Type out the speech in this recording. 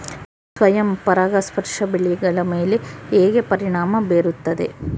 ಸ್ವಯಂ ಪರಾಗಸ್ಪರ್ಶ ಬೆಳೆಗಳ ಮೇಲೆ ಹೇಗೆ ಪರಿಣಾಮ ಬೇರುತ್ತದೆ?